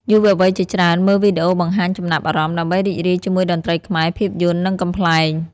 យុវវ័យជាច្រើនមើលវីដេអូបង្ហាញចំណាប់អារម្មណ៍ ដើម្បីរីករាយជាមួយតន្ត្រីខ្មែរ ភាពយន្ត និងកំប្លែង។